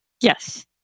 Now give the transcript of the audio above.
Yes